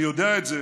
אני יודע את זה